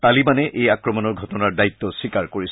তালিবানে এই আক্ৰমণৰ ঘটনাৰ দায়িত্ব স্বীকাৰ কৰিছে